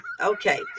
Okay